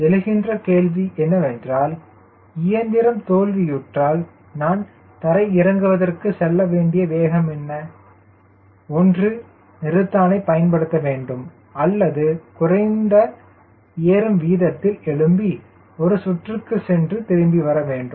எனவே எழுகின்ற கேள்வி என்னவென்றால் இயந்திரம் தோல்வியுற்றால் நான் தரை இறங்குவதற்கு செல்ல வேண்டிய வேகம் என்ன ஒன்று நிறுத்தானை பயன்படுத்த வேண்டும் அல்லது குறைந்த ஏறும் விதத்தில் எழும்பி ஒரு சுற்றுக்குச் சென்று திரும்பி வரவேண்டும்